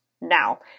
now